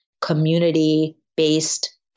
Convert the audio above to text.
community-based